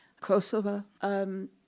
Kosovo